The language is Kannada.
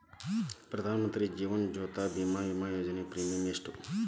ಪ್ರಧಾನ ಮಂತ್ರಿ ಜೇವನ ಜ್ಯೋತಿ ಭೇಮಾ, ವಿಮಾ ಯೋಜನೆ ಪ್ರೇಮಿಯಂ ಎಷ್ಟ್ರಿ?